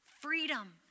Freedom